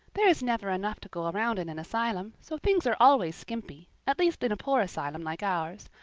there is never enough to go around in an asylum, so things are always skimpy at least in a poor asylum like ours.